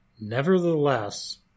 Nevertheless